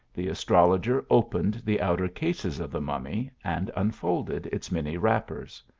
the astrologer opened the outer cases of the mummy, and unfolded its many wrappers.